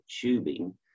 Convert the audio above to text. tubing